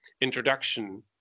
introduction